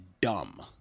dumb